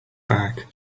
back